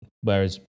Whereas